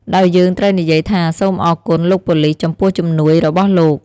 ដោយយើងត្រូវនិយាយថា "សូមអរគុណ លោកប៉ូលិស ចំពោះជំនួយរបស់លោក"។